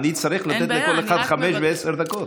אני צריך לתת לכל אחד חמש דקות ועשר דקות.